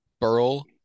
Burl